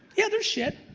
yeah there's shit.